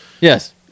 Yes